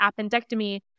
appendectomy